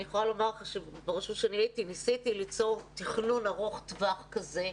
אני יכולה לומר לך שברשות שאני הייתי ניסיתי ליצור תכנון ארוך טווח כזה.